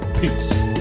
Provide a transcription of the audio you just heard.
Peace